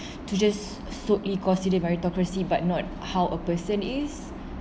to just so he considered meritocracy but not how a person is